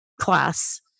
class